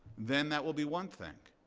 then that will be one thing.